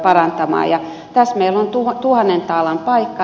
tässä meillä on tuhannen taalan paikka